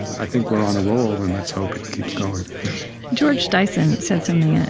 i think we're on a roll, and let's hope it keeps going george dyson said something and